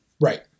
Right